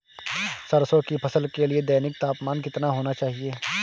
सरसों की फसल के लिए दैनिक तापमान कितना होना चाहिए?